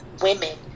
women